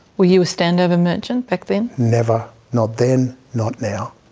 were you a standover merchant back then? never. not then, not now.